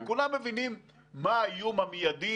כולם מבינים מה האיום המיידי.